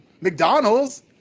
McDonald's